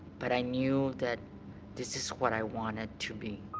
but i knew that this is what i wanted to be.